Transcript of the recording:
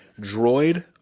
droid